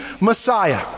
Messiah